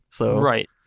Right